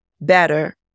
better